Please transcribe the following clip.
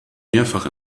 mehrfach